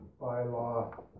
bylaw